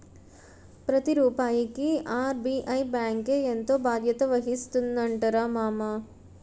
ప్రతి రూపాయికి ఆర్.బి.ఐ బాంకే ఎంతో బాధ్యత వహిస్తుందటరా మామా